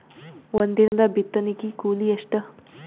ಒಂದಿನದ ಬಿತ್ತಣಕಿ ಕೂಲಿ ಎಷ್ಟ?